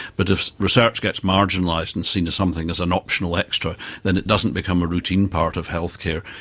but if research gets marginalised and seen as something as an optional extra then it doesn't become a routine part of healthcare,